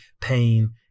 pain